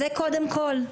זה קודם כל.